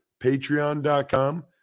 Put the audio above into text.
Patreon.com